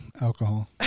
alcohol